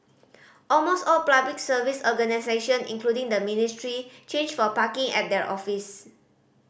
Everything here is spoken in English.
almost all Public Service organisation including the ministry change for parking at their office